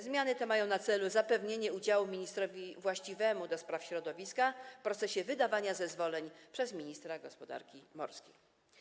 Zmiany te mają na celu zapewnienie udziału ministrowi właściwemu ds. środowiska w procesie wydawania zezwoleń przez ministra gospodarki morskiej.